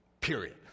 period